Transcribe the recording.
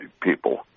people